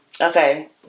Okay